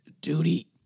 duty